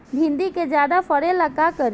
भिंडी के ज्यादा फरेला का करी?